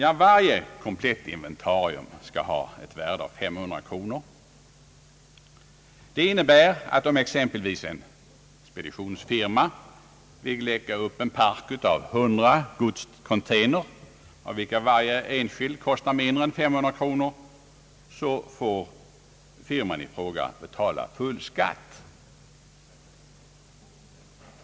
Att varje komplett inventarium skall ha ett värde av 500 kronor innebär att om exempelvis en speditionsfirma skall lägga upp ett lager på 100 containers, där var och en kostar mindre än 500 kronor, får firman i fråga betala full skatt.